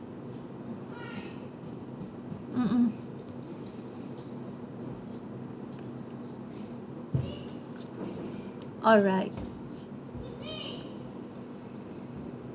mm mm alright